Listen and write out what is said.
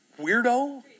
weirdo